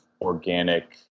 organic